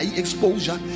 exposure